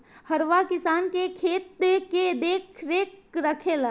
हरवाह किसान के खेत के देखरेख रखेला